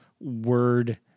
word